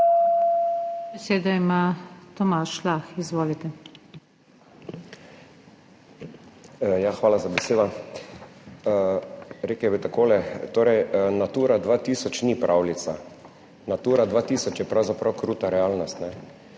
takole, torej Natura 2000 ni pravljica. Natura 2000 je pravzaprav kruta realnost.